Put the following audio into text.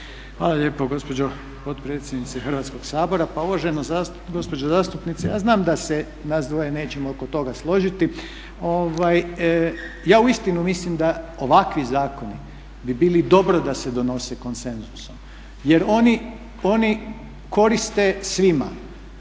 Hvala lijepo gospođo potpredsjednice Hrvatskog sabora. Pa uvažena gospođo zastupnice ja znam da se nas dvoje nećemo oko toga složiti, ja uistinu mislim da ovakvi zakoni bi bili dobro da se donose konsenzusom. Jer oni koriste svima.